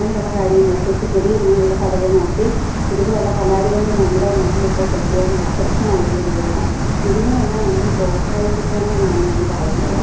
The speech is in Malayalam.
അങ്ങനെയുള്ള കാര്യങ്ങൾ കുച്ചിപ്പൊടി അങ്ങനെയുള്ള ഭരതനാട്യം ഇതുപോലെയുള്ള കലാരൂപങ്ങൾ നമ്മുടെ നാട്ടിൽ ഇപ്പോൾ പ്രത്യേകം അപ്രത്യക്ഷമായി കൊണ്ടിരിക്കുകയാണ് ഇതിനെ എല്ലാം നമ്മൾ പ്രോത്സാഹിപ്പിക്കണമെന്നാണ് ഞാൻ പറയുന്നത്